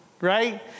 Right